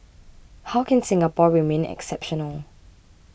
how can Singapore remain exceptional